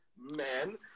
man